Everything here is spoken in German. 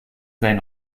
sein